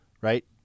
right